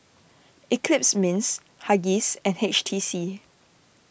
Eclipse Mints Huggies and H T C